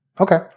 Okay